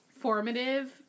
formative